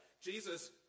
Jesus